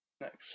next